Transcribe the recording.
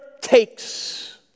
takes